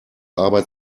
arbeit